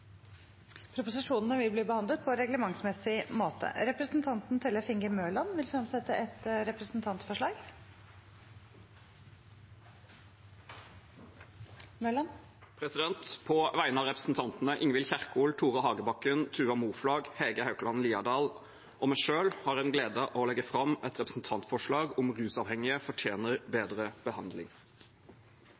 Mørland vil fremsette et representantforslag. På vegne av representantene Ingvild Kjerkol, Tore Hagebakken, Tuva Moflag, Hege Haukeland Liadal og meg selv har jeg den glede å legge fram et representantforslag om at rusavhengige fortjener bedre behandling.